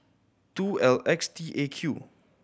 two L X T A Q